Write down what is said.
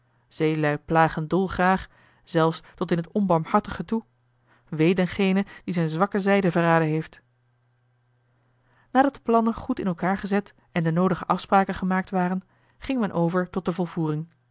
zeelui plagen dolgraag zelfs tot in t onbarmhartige toe wee dengene die zijn zwakke zijde verraden heeft nadat de plannen goed in elkaar gezet en de noodige afspraken gemaakt waren ging men over tot de volvoering